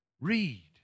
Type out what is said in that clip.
Read